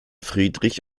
friedrich